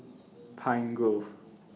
Pine Grove